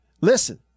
Listen